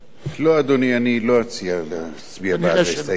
לא, אדוני, אני לא אציע להצביע בעד ההסתייגויות.